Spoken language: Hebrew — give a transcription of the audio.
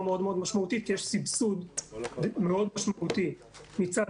מאוד מאוד משמעותית כי יש סבסוד מאוד משמעותי מצד